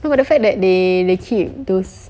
no but the fact that they they keep those